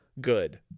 good